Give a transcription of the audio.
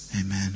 Amen